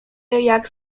jak